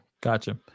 Gotcha